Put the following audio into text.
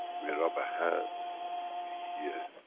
we rub a hand we hear.